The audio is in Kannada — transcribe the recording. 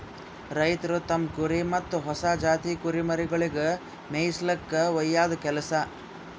ರೈತ್ರು ತಮ್ಮ್ ಕುರಿ ಮತ್ತ್ ಹೊಸ ಜಾತಿ ಕುರಿಮರಿಗೊಳಿಗ್ ಮೇಯಿಸುಲ್ಕ ಒಯ್ಯದು ಕೆಲಸ